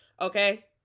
Okay